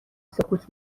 سکوت